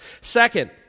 Second